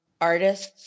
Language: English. artists